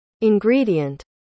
ingredient